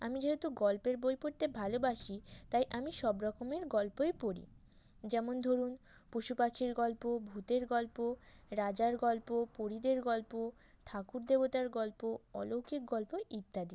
আমি যেহেতু গল্পের বই পড়তে ভালোবাসি তাই আমি সব রকমের গল্পই পড়ি যেমন ধরুন পশু পাখির গল্প ভূতের গল্প রাজার গল্প পরীদের গল্প ঠাকুর দেবতার গল্প অলৌকিক গল্প ইত্যাদি